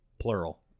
plural